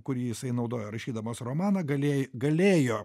kurį jisai naudojo rašydamas romaną galėjai galėjo